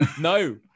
No